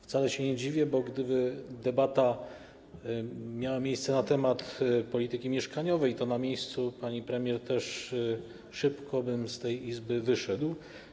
Wcale się nie dziwię, bo gdyby debata był na temat polityki mieszkaniowej, to na miejscu pani premier też szybko bym z tej Izby wyszedł.